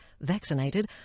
vaccinated